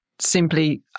simply